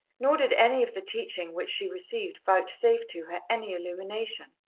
nor did any of the teaching which she received vouchsafe to her any illumination.